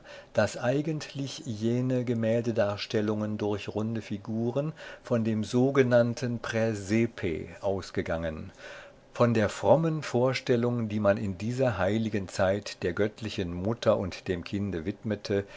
daß eigentlich jene gemäldedarstellungen durch runde figuren von dem sogenannten präsepe ausgegangen von der frommen vorstellung die man in dieser heiligen zeit der göttlichen mutter und dem kinde widmete